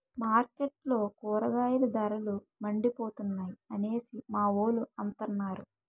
మార్కెట్లో కూరగాయల ధరలు మండిపోతున్నాయి అనేసి మావోలు అంతన్నారు